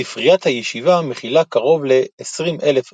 ספריית הישיבה מכילה קרוב ל-20,000 ספרים,